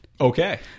Okay